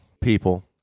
people